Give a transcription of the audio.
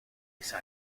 esa